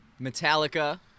Metallica